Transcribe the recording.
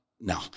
No